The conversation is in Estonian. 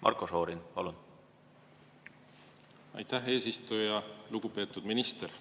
Marko Šorin, palun! Aitäh, eesistuja! Lugupeetud minister!